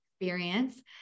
experience